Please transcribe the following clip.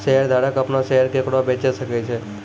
शेयरधारक अपनो शेयर केकरो बेचे सकै छै